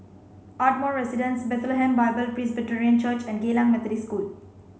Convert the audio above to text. Ardmore Residence Bethlehem Bible Presbyterian Church and Geylang Methodist School